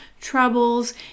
troubles